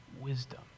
wisdom